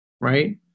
right